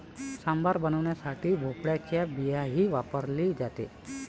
सांबार बनवण्यासाठी भोपळ्याची बियाही वापरली जाते